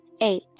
eight